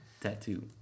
Tattoo